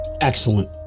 Excellent